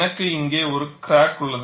எனக்கு இங்கே ஒரு கிராக் உள்ளது